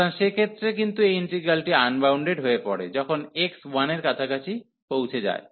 সুতরাং সেক্ষেত্রে কিন্তু এই ইন্টিগ্রান্ডটি আনবাউন্ডেড হয়ে পড়ে যখন x 1 এর কাছে পৌঁছে যায়